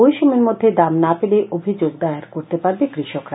ওই সময়ের মধ্যে দাম না পেলে অভিযোগ দায়ের করতে পারবে কৃষকরা